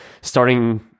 starting